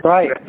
Right